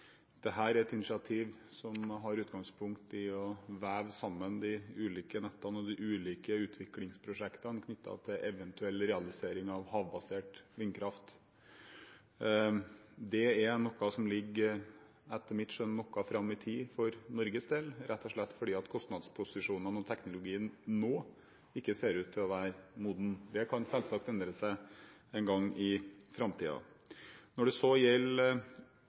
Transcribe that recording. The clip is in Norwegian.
er et initiativ som har som utgangspunkt å veve sammen de ulike nettene og de ulike utviklingsprosjektene knyttet til eventuell realisering av havbasert vindkraft. De er noe som etter mitt skjønn ligger noe fram i tid for Norges del, rett og slett fordi kostnadsposisjonene og teknologien nå ikke ser ut til å være moden. Det kan selvsagt endre seg en gang i framtiden. Når det så gjelder